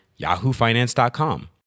yahoofinance.com